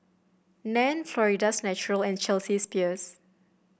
Nan Florida's Natural and Chelsea's Peers